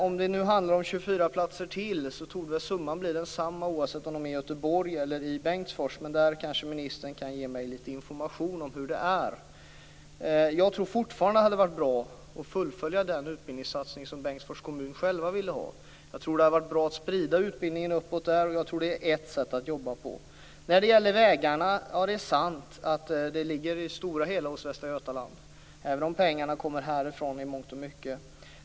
Om det nu handlar om 24 platser till, torde väl summan bli densamma oavsett om de finns i Göteborg eller i Bengtsfors. Ministern kan kanske ge mig lite information om hur det är med den saken. Jag tror fortfarande att det hade varit bra att fullfölja den utbildningsatsning som Bengtsfors kommun själva ville ha. Jag tror att det hade varit bra att sprida utbildningen uppåt där. Jag tror att det är ett sätt att jobba på. Det är sant att ansvaret för vägarna till stor del ligger hos Västra Götaland, även om pengarna kommer härifrån i mångt och mycket.